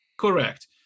correct